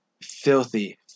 Filthy